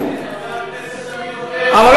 איך חבר הכנסת עמיר פרץ,